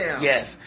Yes